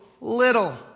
little